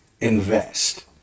invest